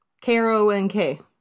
K-R-O-N-K